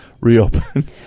reopen